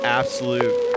absolute